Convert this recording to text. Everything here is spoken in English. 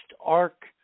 arc